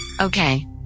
Okay